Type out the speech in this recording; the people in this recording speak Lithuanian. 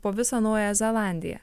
po visą naująją zelandiją